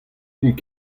int